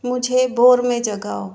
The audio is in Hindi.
मुझे भोर में जगाओ